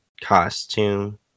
costume